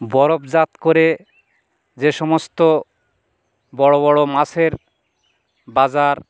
বরফজাত করে যে সমস্ত বড়ো বড়ো মাসের বাজার